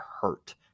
hurt